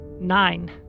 Nine